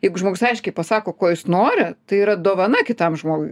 jeigu žmogus aiškiai pasako ko jis nori tai yra dovana kitam žmogui